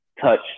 touch